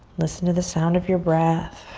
listen to the sound of your breath.